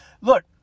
look